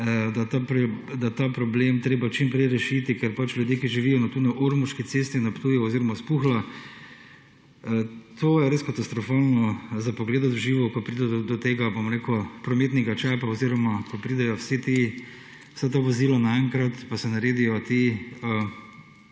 je ta problem treba čim prej rešiti, ker ljudje, ki živijo tu, na Ormoški cesti, na Ptuju oziroma s Puhla(?), to je res katastrofalno, za pogledat v živo, ko pride do tega, bom rekel, prometnega čepa oziroma, ko pridejo vsa ta vozila naenkrat, pa se naredijo ti